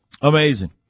amazing